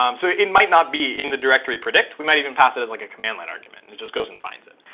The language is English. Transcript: um so it might not be in the directory predict. we might even pass it as like a command line argument, and it just goes and finds it.